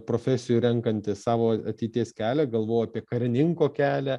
profesijų renkantis savo ateities kelią galvojau apie karininko kelią